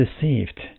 deceived